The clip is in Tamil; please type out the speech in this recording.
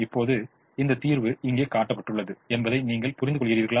இப்போது அந்த தீர்வு இங்கே காட்டப்பட்டுள்ளது என்பதை நீங்கள் புரிந்துகொள்கிறீர்களா